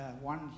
one